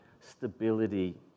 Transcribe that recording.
stability